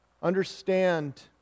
understand